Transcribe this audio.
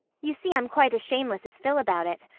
you see i'm quite as shameless as phil about it.